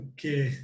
Okay